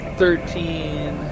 thirteen